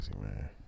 man